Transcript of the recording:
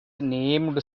named